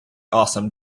awesome